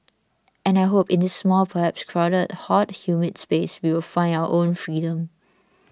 and I hope in this small perhaps crowded hot humid space we will find our own freedom